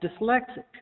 dyslexic